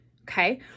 okay